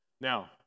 Now